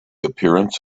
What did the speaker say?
appearance